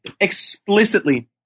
explicitly